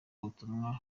ubutumwa